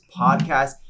podcast